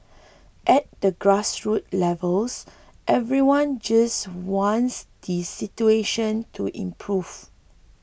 at the grassroots levels everyone just wants the situation to improve